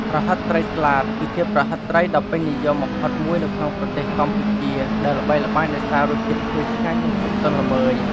ប្រហិតត្រីស្លាត គឺជាប្រហិតត្រីដ៏ពេញនិយមបំផុតមួយនៅក្នុងប្រទេសកម្ពុជា ដែលល្បីល្បាញដោយសាររសជាតិឈ្ងុយឆ្ងាញ់ និងភាពទន់ល្មើយ។